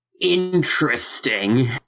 interesting